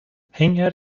hänger